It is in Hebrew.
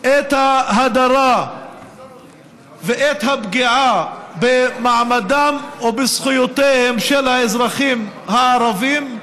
את ההדרה ואת הפגיעה במעמדם או בזכויותיהם של האזרחים הערבים,